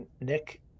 nick